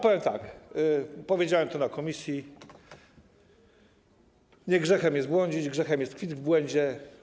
Powiem tak - powiedziałem to na posiedzeniu komisji - nie grzechem jest błądzić, grzechem jest tkwić w błędzie.